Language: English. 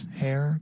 hair